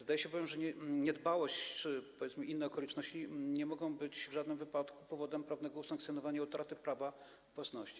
Zdaje się bowiem, że niedbałość czy, powiedzmy, inne okoliczności nie mogą być w żadnym wypadku powodem prawnego usankcjonowania utraty prawa własności.